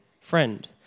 Friend